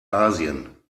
asien